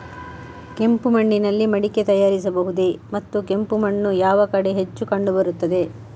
ಕೆಂಪು ಮಣ್ಣಿನಲ್ಲಿ ಮಡಿಕೆ ತಯಾರಿಸಬಹುದೇ ಮತ್ತು ಕಪ್ಪು ಮಣ್ಣು ಯಾವ ಕಡೆ ಹೆಚ್ಚು ಕಂಡುಬರುತ್ತದೆ?